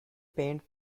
paint